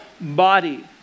body